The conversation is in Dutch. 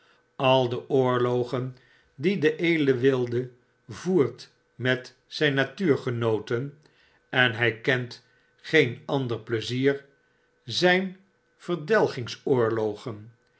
vertoont aide oorlogen die de edele wilde voert met zyn natuurgenooten en hiy kent geen ander pleizier